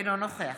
אינו נוכח